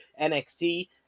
NXT